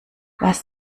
was